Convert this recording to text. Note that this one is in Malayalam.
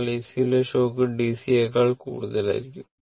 അതിനാൽ AC യിലെ ഷോക്ക് DC യെക്കാൾ കൂടുതലായിരിക്കും